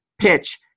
PITCH